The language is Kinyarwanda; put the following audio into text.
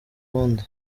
wundi